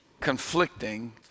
conflicting